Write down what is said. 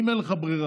אם אין לך ברירה,